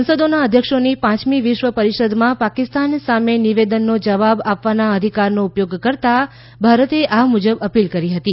સંસદોનાં અધ્યક્ષોની પાંચમી વિશ્વ પરિષદમાં પાકિસ્તાન નિવેદનનો જવાબ આપવાનાં અધિકારનો ઉપયોગ કરતાં ભારતે આ મુજબ અપીલ કરી હતી